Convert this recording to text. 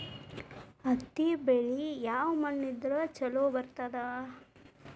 ಹತ್ತಿ ಬೆಳಿ ಯಾವ ಮಣ್ಣ ಇದ್ರ ಛಲೋ ಬರ್ತದ?